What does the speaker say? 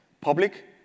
public